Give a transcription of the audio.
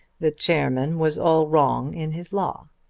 the chairman was all wrong in his law.